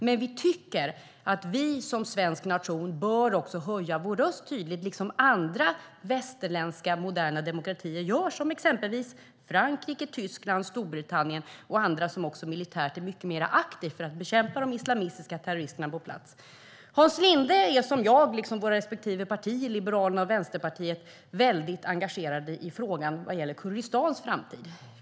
Men vi tycker att vår svenska nation bör höja vår röst tydligt, liksom andra västerländska moderna demokratier gör. Exempel på det är Frankrike, Tyskland, Storbritannien och andra som är mycket mer militärt aktiva när det gäller att bekämpa de islamistiska terroristerna på plats. Hans Linde och jag är liksom våra respektive partier, Liberalerna och Vänsterpartiet, väldigt engagerade i Kurdistans framtid.